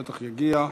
בטח יגיע.